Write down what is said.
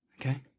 okay